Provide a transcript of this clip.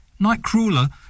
Nightcrawler